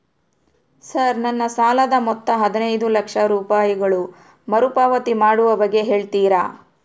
Sir ನನ್ನ ಸಾಲದ ಮೊತ್ತ ಹದಿನೈದು ಲಕ್ಷ ರೂಪಾಯಿಗಳು ಮರುಪಾವತಿ ಮಾಡುವ ಬಗ್ಗೆ ಹೇಳ್ತೇರಾ?